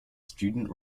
student